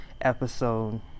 episode